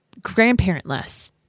grandparentless